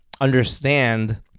understand